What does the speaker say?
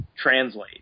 translate